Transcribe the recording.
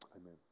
Amen